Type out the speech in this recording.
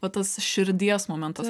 va tas širdies momentas